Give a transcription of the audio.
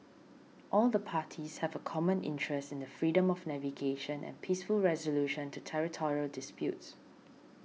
all the parties have a common interest in the freedom of navigation and peaceful resolution to territorial disputes